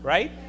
Right